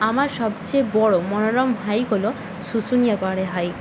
আমার সবচেয়ে বড় মনোরম হাইক হল শুশুনিয়া পাহাড়ে হাইক